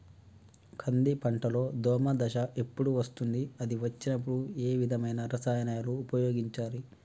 కంది పంటలో దోమ దశ ఎప్పుడు వస్తుంది అది వచ్చినప్పుడు ఏ విధమైన రసాయనాలు ఉపయోగించాలి?